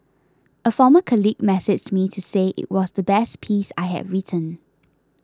a former colleague messaged me to say it was the best piece I had written